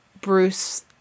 Bruce